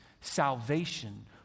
salvation